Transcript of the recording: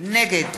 נגד